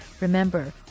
Remember